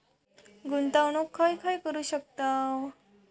गुंतवणूक खय खय करू शकतव?